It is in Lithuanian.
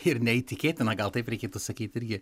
ir neįtikėtina gal taip reikėtų sakyt irgi